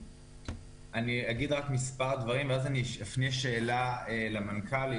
אני אומר רק מספר דברים ואז אני אפנה שאלה למנכ"לית,